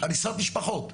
הריסת משפחות.